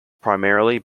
primarily